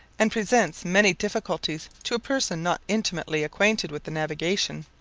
and presents many difficulties to a person not intimately acquainted with the navigation.